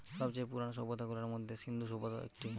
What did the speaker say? সব চেয়ে পুরানো সভ্যতা গুলার মধ্যে ইন্দু সভ্যতা একটি